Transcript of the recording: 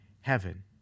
heaven